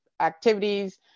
activities